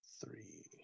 three